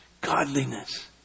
godliness